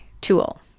tool